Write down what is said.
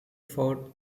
fought